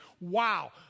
wow